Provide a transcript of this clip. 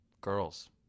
Girls